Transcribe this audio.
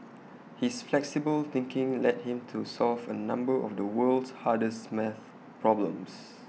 his flexible thinking led him to solve A number of the world's hardest maths problems